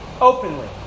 openly